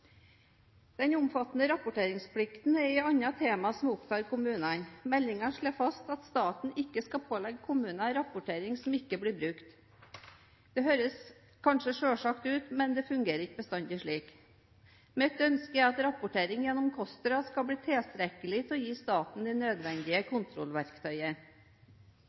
Den omfattende rapporteringsplikten er et annet tema som opptar kommunene. Meldingen slår fast at staten ikke skal pålegge kommunene rapportering som ikke blir brukt. Det høres kanskje selvsagt ut, men det fungerer ikke bestandig slik. Mitt ønske er at rapportering gjennom KOSTRA skal bli tilstrekkelig til å gi staten det nødvendige kontrollverktøyet.